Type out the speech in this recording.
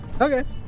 Okay